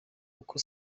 uko